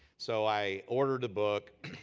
so, i ordered a book.